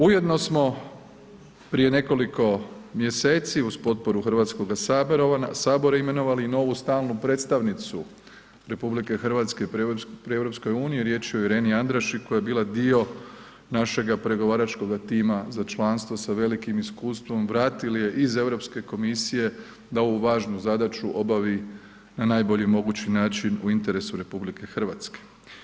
Ujedno smo prije nekoliko mjeseci uz potporu Hrvatskoga sabora imenovali i novu stalnu predstavnicu RH pri EU, riječ je o Ireni Andrassy koja je bila dio našega pregovaračkoga tima za članstvo sa velikim iskustvom, vratili je iz Europske komisije da ovu važnu zadaću obavi na najbolji mogući način u interesu RH.